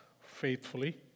faithfully